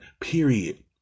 period